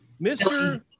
mr